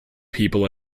people